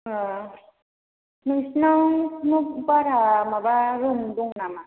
नोंसिनाव न'भारा माबा रुम दं नामा